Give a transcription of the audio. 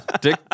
Dick